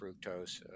fructose